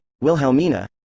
Wilhelmina